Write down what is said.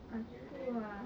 ah true ah